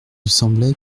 semblait